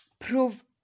Prove